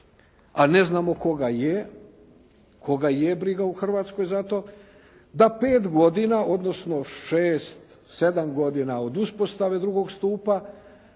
a ne znamo koga je. Koga je briga u Hrvatskoj zato da pet godina, odnosno šest, sedam godina od uspostave drugog stupa,